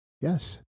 yes